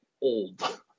old